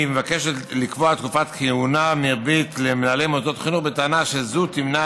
מבקשת לקבוע תקופת כהונה מרבית למנהלי מוסדות חינוך בטענה שזו תמנע